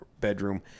bedroom